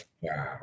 wow